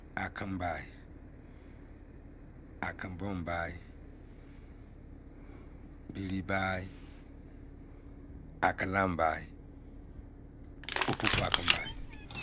Akein-bai, akein boom bai, biri bai, akein laam bai, opu-dou, akein-bai